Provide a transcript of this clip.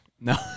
No